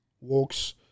walks